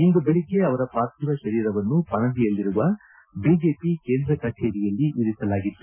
ಇಂದು ಬೆಳಗ್ಗೆ ಅವರ ಪಾರ್ಥಿವ ಶರೀರವನ್ನು ಪಣಜಿಯಲ್ಲಿರುವ ಬಿಜೆಪಿ ಕೇಂದ್ರ ಕಚೇರಿಯಲ್ಲಿ ಇರಿಸಲಾಗಿತ್ತು